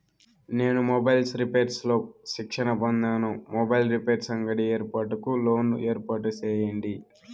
నేను mobiles repairs లో శిక్షణ పొందాను, మొబైల్ రిపైర్స్ అంగడి ఏర్పాటుకు లోను ఏర్పాటు సేయండి?